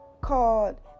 called